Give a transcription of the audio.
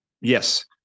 yes